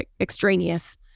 extraneous